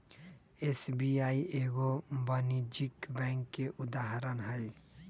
SBI एगो वाणिज्यिक bank के उदाहरण हइ